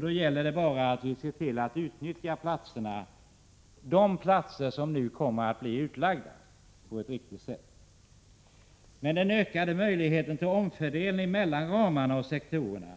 Det gäller bara att tillse att de platser som nu kommer till utnyttjas på ett riktigt sätt. I och med att man har större möjligheter att göra en omfördelning mellan ramarna och sektorerna